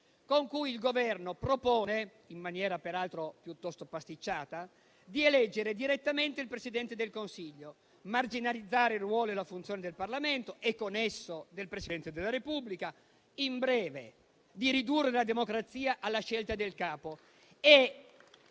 con cui il Governo propone, in maniera peraltro piuttosto pasticciata, di eleggere direttamente il Presidente del Consiglio, di marginalizzare il ruolo e la funzione del Parlamento e con esso del Presidente della Repubblica; in breve, di ridurre la democrazia alla scelta del Capo.